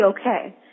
okay